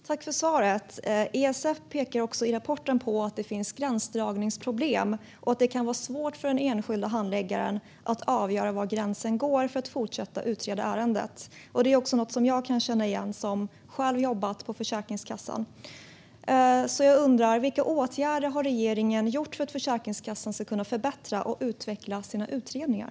Herr talman! Jag tackar för svaret. ISF pekar också i rapporten på att det finns gränsdragningsproblem och att det kan vara svårt för den enskilda handläggaren att avgöra var gränsen går för att man ska fortsätta utreda ärendet. Det är något som jag kan känna igen - jag har själv jobbat på Försäkringskassan. Vilka åtgärder har regeringen gjort för att Försäkringskassan ska kunna förbättra och utveckla sina utredningar?